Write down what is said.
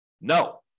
No